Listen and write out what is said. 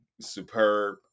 superb